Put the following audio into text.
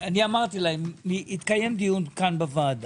אמרתי להם - יתקיים דיון כאן בוועדה.